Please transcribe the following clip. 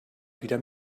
wieder